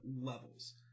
levels